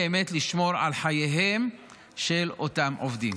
כדי באמת לשמור על חייהם של אותם עובדים.